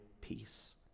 peace